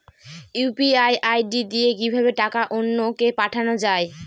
UPI ID দিয়ে কিভাবে টাকা অন্য কে পাঠানো যায়?